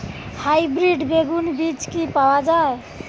Hybrid বেগুন বীজ কি পাওয়া য়ায়?